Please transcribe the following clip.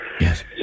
Yes